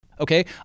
okay